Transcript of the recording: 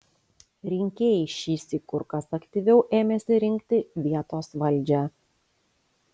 rinkėjai šįsyk kur kas aktyviau ėmėsi rinkti vietos valdžią